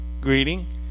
greeting